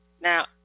Now